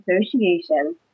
Association